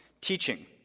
teaching